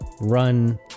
run